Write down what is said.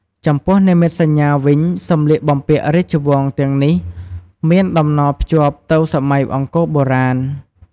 ចំពោះនិមិត្តសញ្ញាវិញ សម្លៀកបំពាក់រាជវង្សទាំងនេះមានតំណភ្ជាប់ទៅសម័យអង្គរបុរាណ។